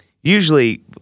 usually